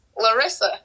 Larissa